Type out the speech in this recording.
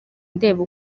ndeba